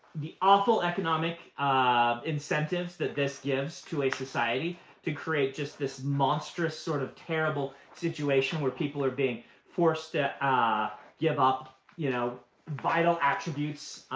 awful economic incentives that this gives to a society to create just this monstrous, sort of terrible situation where people are being forced to ah give up you know vital attributes,